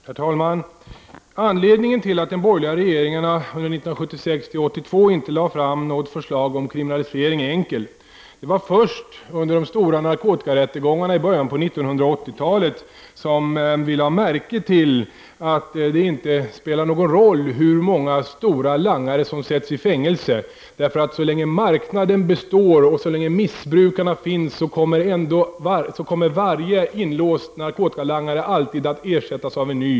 Herr talman! Anledningen till att de borgerliga regeringarna under åren 1976-1982 inte lade fram något förslag om kriminalisering är enkel. Det var först under de stora narkotikarättegångarna i början av 1980-talet som vi lade märke till att det inte spelar någon roll hur många stora langare som sätts i fängelse. Så länge marknaden består och missbrukarna finns, kommer varje inlåst narkotikalangare alltid att ersättas av en ny.